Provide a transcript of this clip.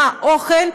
מה האוכל,